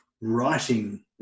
writing